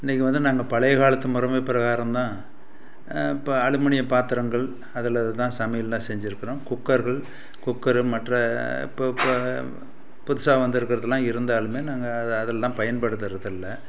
இன்றைக்கு வந்து நாங்கள் பழைய காலத்து முறைமை பிரகாரம் தான் இப்போ அலுமினியப் பாத்திரங்கள் அதில் தான் சமையெலெல்லாம் செஞ்சுருக்குறோம் குக்கர்கள் குக்கரு மற்ற இப்போ இப்போ புதுசாக வந்திருக்குறதுலாம் இருந்தாலும் நாங்கள் அது அதுலெலாம் பயன்படுத்துவது இல்லை